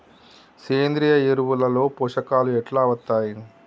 సేంద్రీయ ఎరువుల లో పోషకాలు ఎట్లా వత్తయ్?